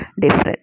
different